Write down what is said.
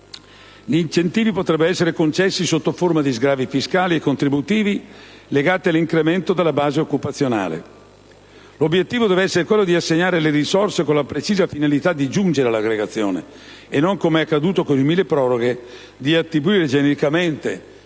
Gli incentivi potrebbero essere concessi sotto forma di sgravi fiscali e contributivi legati all'incremento della base occupazionale. L'obiettivo deve essere quello di assegnare le risorse con la precisa finalità di giungere all'aggregazione e non come è accaduto con il cosiddetto milleproproghe di attribuire genericamente